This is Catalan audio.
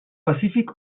pacífic